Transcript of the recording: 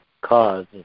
cause